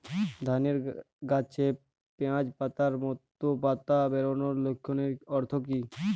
ধানের গাছে পিয়াজ পাতার মতো পাতা বেরোনোর লক্ষণের অর্থ কী?